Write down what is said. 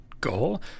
goal